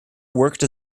worked